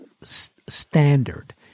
standard